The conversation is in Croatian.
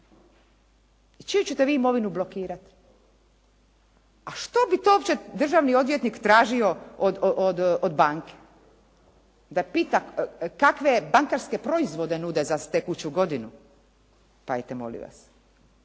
čiju ćete vi imovinu blokirati? A što bi to uopće držani odvjetnik tražio od banke? Da pita kakve bankarske proizvode nude za tekuću godinu. Pa hajte molim vas.